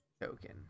token